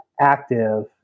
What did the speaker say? active